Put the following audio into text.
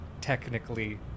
technically